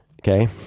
Okay